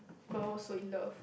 my mum was so in love